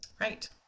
Right